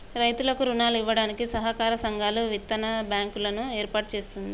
రైతులకు రుణాలు ఇవ్వడానికి సహకార సంఘాలు, విత్తన బ్యాంకు లను ఏర్పాటు చేస్తుంది